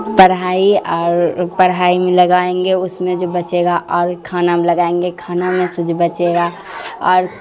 پڑھائی اور پڑھائی میں لگائیں گے اس میں جو بچے گا اور کھانا میں لگائیں گے کھانا میں سے جو بچے گا اور